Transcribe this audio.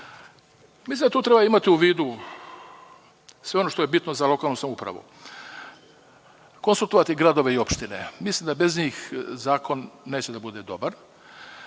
Mislim da tu treba imati u vidu sve ono što je bitno za lokalnu samoupravu. Konsultovati gradove i opštine, mislim da bez njih zakon neće da bude dobar,